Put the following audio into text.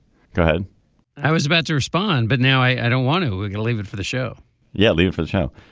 go ahead i was about to respond but now i don't want to you know leave it for the show yeah. leave it for the show.